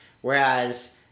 Whereas